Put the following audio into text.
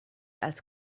als